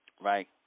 Right